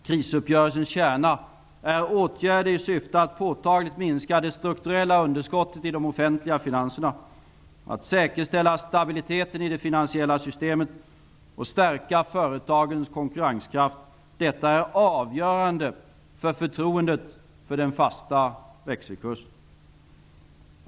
Krisuppgörelsens kärna är åtgärder i syfte att påtagligt minska det strukturella underskottet i de offentliga finanserna, säkerställa stabiliteten i det finansiella systemet och stärka företagens konkurrenskraft. Detta är avgörande för förtroendet för den fasta växelkursen.